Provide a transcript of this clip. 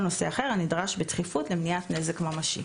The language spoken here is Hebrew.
נושא אחר הנדרש בדחיפות למניעת נזק ממשי.